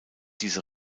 diese